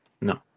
No